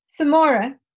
Samora